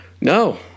No